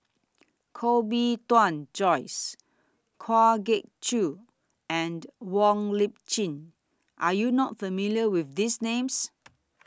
Koh Bee Tuan Joyce Kwa Geok Choo and Wong Lip Chin Are YOU not familiar with These Names